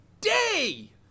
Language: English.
day